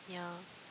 ya